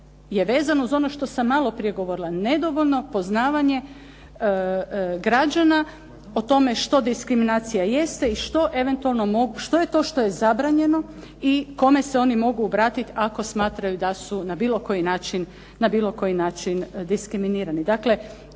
je vezano uz ono što sam maloprije govorila. Nedovoljno poznavanje građana o tome što diskriminacija jeste i što eventualno, što je to što je zabranjeno i kome se oni mogu obratiti ako smatraju da su na bilo koji način diskriminirani.